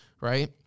right